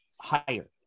higher